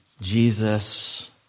Jesus